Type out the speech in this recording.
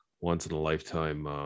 once-in-a-lifetime